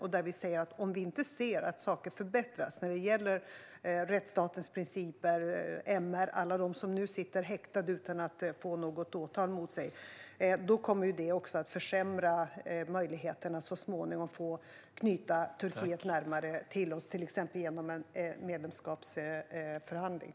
Vi säger där att om vi inte ser att saker förbättras när det gäller rättsstatens principer, MR och alla dem som sitter häktade utan att få något åtal riktat mot sig kommer det att försämra möjligheterna att så småningom knyta Turkiet närmare till oss, till exempel genom en medlemskapsförhandling.